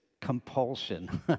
compulsion